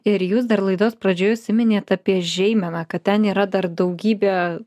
ir jūs dar laidos pradžioje užsiminėt apie žeimeną kad ten yra dar daugybė